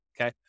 Okay